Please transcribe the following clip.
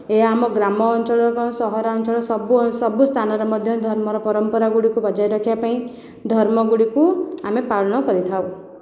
ଏ ଆମ ଗ୍ରାମ ଅଞ୍ଚଳ କ'ଣ ସହରାଞ୍ଚଳ କ'ଣ ସବୁ ସ୍ଥାନରେ ମଧ୍ୟ ଧର୍ମର ପରମ୍ପରା ଗୁଡ଼ିକ ବଜାଇ ରଖିବା ପାଇଁ ଧର୍ମ ଗୁଡ଼ିକୁ ଆମେ ପାଳନ କରିଥାଉ